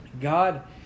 God